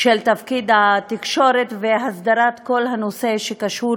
של תפקיד התקשורת והסדרת כל הנושא שקשור